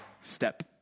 step